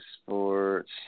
Sports